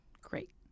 Great